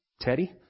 Teddy